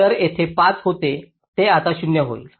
तर येथे जे 5 होते ते आता 0 होईल